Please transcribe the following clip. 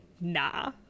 nah